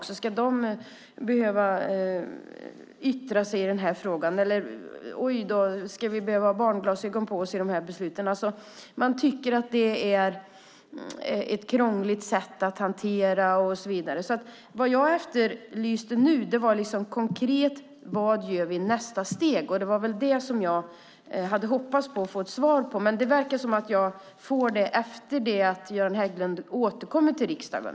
Ska de yttra sig i frågan? Oj då, måste vi ha barnglasögon på oss i besluten? Man tycker att det är ett krångligt sätt att hantera frågan. Jag efterlyste konkret vad vi ska göra i nästa steg. Det var det jag hade hoppats att få svar på. Det verkar som att jag får ett svar efter det att Göran Hägglund återkommer till riksdagen.